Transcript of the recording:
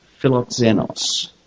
philoxenos